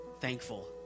thankful